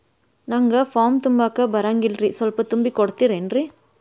ನಂಗ ಫಾರಂ ತುಂಬಾಕ ಬರಂಗಿಲ್ರಿ ಸ್ವಲ್ಪ ತುಂಬಿ ಕೊಡ್ತಿರೇನ್ರಿ?